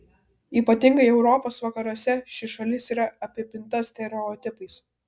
ypatingai europos vakaruose ši šalis yra apipinta stereotipais